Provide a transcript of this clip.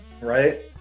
right